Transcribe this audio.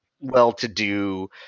well-to-do